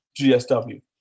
GSW